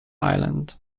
island